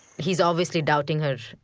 he's obviously doubting her, um,